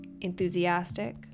enthusiastic